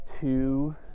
two